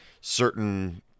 certain